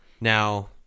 Now